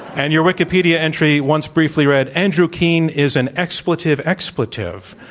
and your wikipedia entry once briefly read, andrew keen is an expletive, expletive.